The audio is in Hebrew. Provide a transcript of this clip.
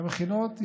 המכינות,